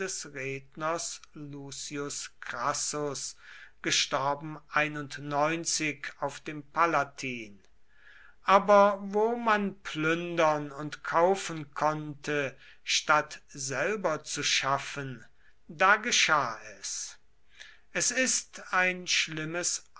lucius crassus auf dem palatin aber wo man plündern und kaufen konnte statt selber zu schaffen da geschah es es ist ein schlimmes